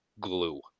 glue